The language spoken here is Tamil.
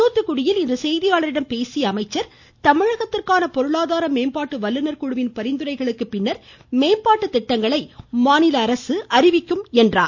துாத்துகுடியில் இன்று செய்தியாளர்களிடம் பேசிய அவர் தமிழகத்திற்கான பொருளாதார மேம்பாட்டு வல்லுனர் குழுவின் பரிந்துரைக்கு பின்னர் மேம்பாட்டு திட்டங்களை மாநில அரசு அறிவிக்கும் என்றார்